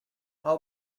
how